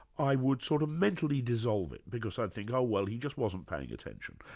i would sort of mentally dissolve it, because i'd think, oh well, he just wasn't paying attention.